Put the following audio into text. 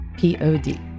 Pod